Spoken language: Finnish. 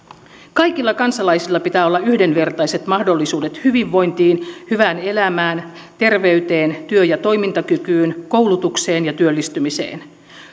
kaikilla kansalaisilla pitää olla yhdenvertaiset mahdollisuudet hyvinvointiin hyvään elämään terveyteen työ ja toimintakykyyn koulutukseen ja työllistymiseen